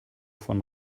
von